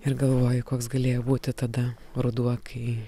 ir galvoju koks galėjo būti tada ruduo kai